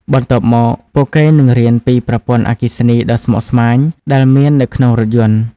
បន្ទាប់មកពួកគេនឹងរៀនពីប្រព័ន្ធអគ្គិសនីដ៏ស្មុគស្មាញដែលមាននៅក្នុងរថយន្ត។